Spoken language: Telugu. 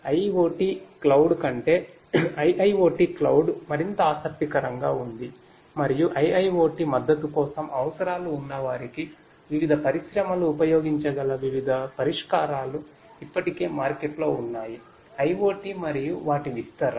IIoT క్లౌడ్ మరింత ఆసక్తికరంగా ఉంది మరియు IIoT మద్దతు కోసం అవసరాలు ఉన్నవారికి వివిధ పరిశ్రమలు ఉపయోగించగల వివిధ పరిష్కారాలు ఇప్పటికే మార్కెట్లో ఉన్నాయిIoT మరియు వాటి విస్తరణ